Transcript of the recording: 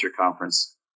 Conference